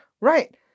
Right